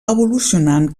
evolucionant